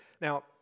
Now